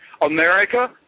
America